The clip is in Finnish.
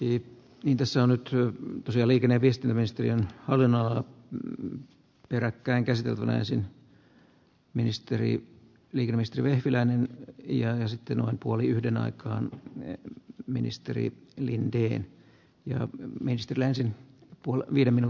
it niin tässä nyt jo se olikin edistymistä ja hallinnalla miten peräkkäin minusta rekkaparkki on välttämätön ja uskon että kohta ministeri selvittää sen tarkemmin